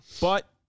But-